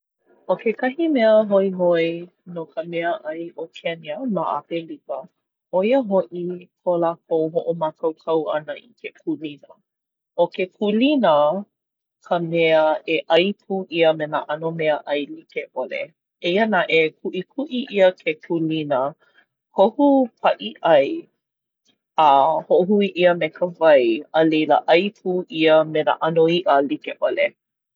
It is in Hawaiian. ʻO kekahi mea hoihoi no ka meaʻai o Kenya ma ʻApelika ʻo ia hoʻi ko lākou hoʻomākaukau ʻana i ke kūlina. ʻO ke kūlina ka mea e ʻai pū ʻia me nā ʻano meaʻai like ʻole. Eia naʻe, kuʻikuʻi ʻia ke kūlina kohu paʻiʻai a hoʻohui ʻia me ka wai a leila ʻai pū ʻia me nā ʻano iʻa like ʻole.